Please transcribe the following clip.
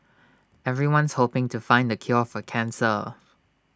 everyone's hoping to find the cure for cancer